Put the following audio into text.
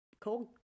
cold